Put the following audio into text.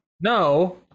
No